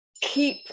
keep